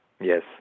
Yes